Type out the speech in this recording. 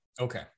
Okay